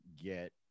get